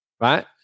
Right